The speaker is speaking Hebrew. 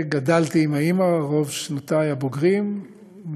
גדלתי עם האימא רוב שנותי הבוגרות,